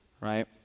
Right